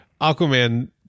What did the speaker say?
Aquaman